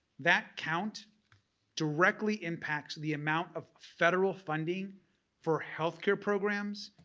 that count directly impacts the amount of federal funding for health care programs,